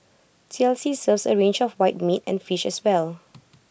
T L C serves A range of white meat and fish as well